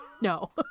No